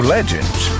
Legends